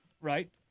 right